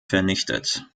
vernichtet